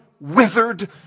withered